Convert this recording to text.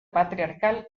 patriarcal